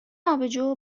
آبجو